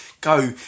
go